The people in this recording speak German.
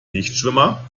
nichtschwimmer